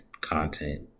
content